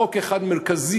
חוק אחד מרכזי,